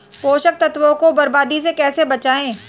पोषक तत्वों को बर्बादी से कैसे बचाएं?